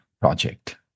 Project